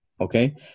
Okay